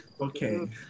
Okay